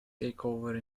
takeover